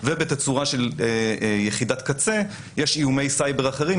ובתצורה של יחידת קצה יש איומי סייבר אחרים,